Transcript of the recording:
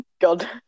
God